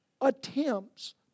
attempts